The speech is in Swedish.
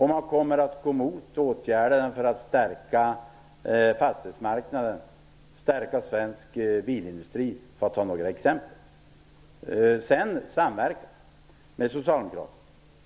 Tänker man gå emot åtgärderna för att stärka fastighetsmarknaden och svensk bilindustri, osv.? Sedan några ord om samverkan med Socialdemokraterna.